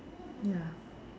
ya